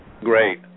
Great